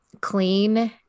clean